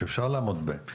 שאפשר לעמוד בהם,